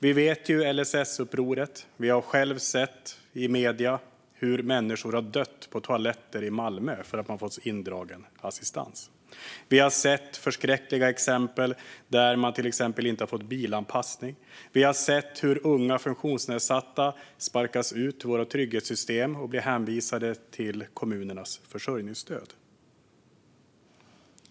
Vi känner ju till LSS-upproret. Vi har själva i medierna sett hur människor har dött på toaletter i Malmö för att de har fått indragen assistans. Vi har sett förskräckliga exempel på att man till exempel inte har fått bilanpassning. Vi har sett hur unga funktionsnedsatta sparkas ut ur våra trygghetssystem och blir hänvisade till kommunernas försörjningsstöd.